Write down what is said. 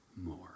more